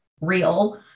real